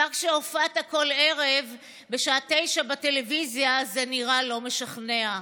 כבר כשהופעת כל ערב בשעה 21:00 בטלוויזיה זה נראה לא משכנע.